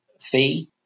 fee